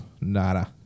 Nada